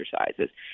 exercises